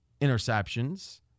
interceptions